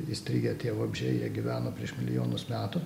įstrigę tie vabzdžiai jie gyveno prieš milijonus metų